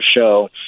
show